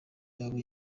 yabo